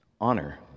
honor